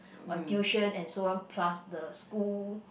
on tuition and so on plus the school